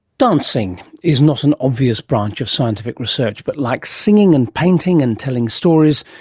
dancing is not an obvious branch of scientific research, but like singing and painting and telling stories,